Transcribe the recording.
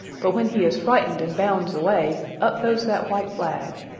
but when he is frightened and bounds away, up goes that white flag.